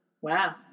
Wow